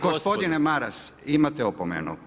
Gospodine Maras, imate opomenu.